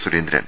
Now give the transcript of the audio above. Surendran